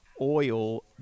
oil